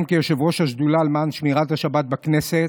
גם כיושב-ראש השדולה למען שמירת השבת בכנסת,